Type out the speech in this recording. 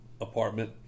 apartment